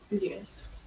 Yes